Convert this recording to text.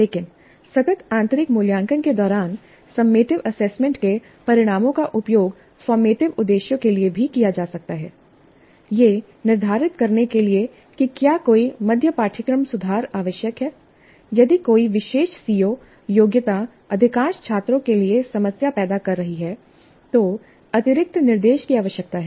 लेकिन सतत आंतरिक मूल्यांकन के दौरान सम्मेटिव एसेसमेंट के परिणामों का उपयोग फॉर्मेटिंव उद्देश्यों के लिए भी किया जा सकता है यह निर्धारित करने के लिए कि क्या कोई मध्य पाठ्यक्रम सुधार आवश्यक है यदि कोई विशेष सीओ योग्यता अधिकांश छात्रों के लिए समस्या पैदा कर रही है तो अतिरिक्त निर्देश की आवश्यकता है